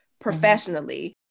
professionally